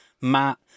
Matt